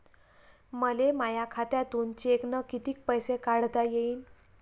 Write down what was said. मले माया खात्यातून चेकनं कितीक पैसे काढता येईन?